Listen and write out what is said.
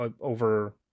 over